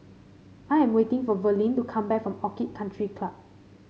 I am waiting for Verlin to come back from Orchid Country Club